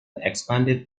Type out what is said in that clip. expanded